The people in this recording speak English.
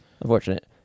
Unfortunate